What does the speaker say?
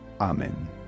Amen